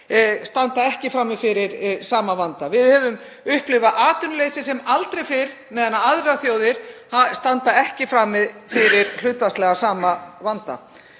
standa ekki frammi fyrir sama vanda. Við upplifum atvinnuleysi sem aldrei fyrr á meðan aðrar þjóðir standa ekki frammi fyrir sama vanda